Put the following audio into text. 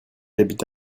habite